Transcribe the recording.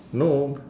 no